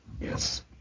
Yes